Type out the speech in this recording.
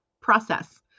process